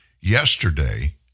yesterday